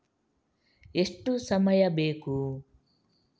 ಎಷ್ಟು ಸಮಯ ಬೇಕು?